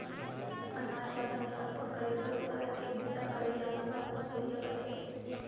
अनाज ल बने सफ्फा करे बर उड़ाय के बूता करइया मन ल ओसवइया कथें